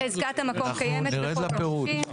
חזקת המקום קיימת בחוק העונשין.